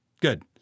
Good